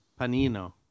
Panino